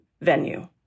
venue